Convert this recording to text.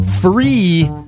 free